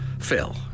Phil